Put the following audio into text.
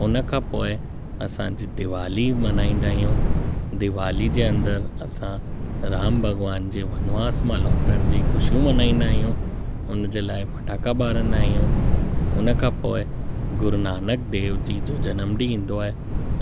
हुन खां पोइ असांजी दिवाली मल्हाईंदा आहियूं दिवाली जे अंदरि असां राम भॻवान जे वनवास मां लोटण जी ख़ुशियूं मल्हाईंदा आहियूं हुन जे लाइ फटाका ॿारंदा आहियूं हुन खां पोइ गुरुनानक देव जी जो जनमॾींहं ईंदो आहे